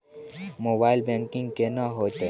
Mobile banking केना हेते?